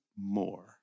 more